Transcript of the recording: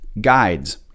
guides